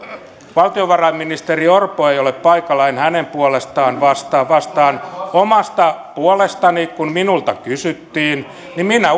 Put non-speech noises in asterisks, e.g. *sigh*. valtiovarainministeri orpo ei ole paikalla en hänen puolestaan vastaa vastaan omasta puolestani kun minulta kysyttiin että minä *unintelligible*